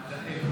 עדהאל.